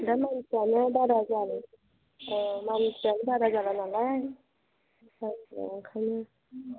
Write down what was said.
दा मानसियानो बारा जाया मानसियानो बारा जाला नालाय मानसिया ओंखायनो